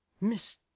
Miss